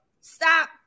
stop